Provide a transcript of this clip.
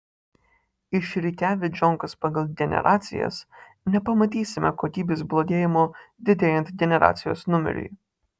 išrikiavę džonkas pagal generacijas nepamatysime kokybės blogėjimo didėjant generacijos numeriui